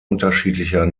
unterschiedlicher